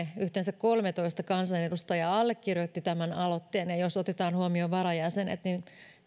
yhteensä kolmetoista kansanedustajaa allekirjoitti tämän aloitteen ja ja jos otetaan huomioon varajäsenet niin